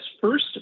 first